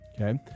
Okay